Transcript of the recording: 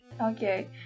okay